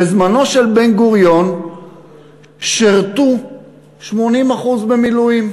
בזמנו של בן-גוריון שירתו 80% במילואים.